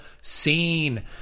seen